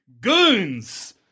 Goons